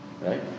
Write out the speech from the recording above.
Right